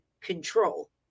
control